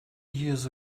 years